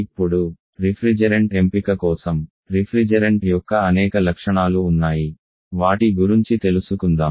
ఇప్పుడు రిఫ్రిజెరెంట్ ఎంపిక కోసం రిఫ్రిజెరెంట్ యొక్క అనేక లక్షణాలు ఉన్నాయి వాటి గురుంచి తెలుసుకుందాము